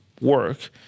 work